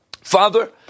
Father